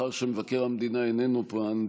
מאחר שמבקר המדינה איננו כאן,